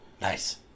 Nice